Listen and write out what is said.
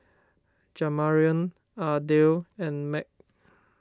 Jamarion Ardell and Meg